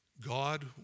God